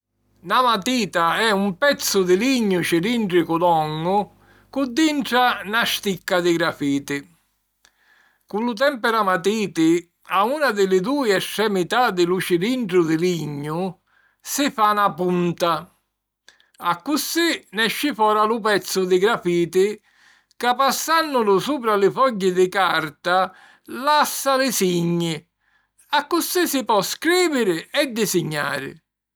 Na matita è un pezzu di lignu cilìndricu longu, cu dintra na sticca di grafiti. Cu lu temperamatiti a una di li dui estremità di lu cilindru di lignu si fa na punta, accussì nesci fora lu pezzu di grafiti ca, passànnulu supra li fogghi di carta, lassa li signi. Accussì si po scrìviri e disignari.